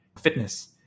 fitness